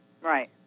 Right